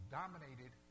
dominated